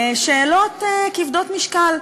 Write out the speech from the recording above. שאלות כבדות משקל.